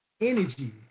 energy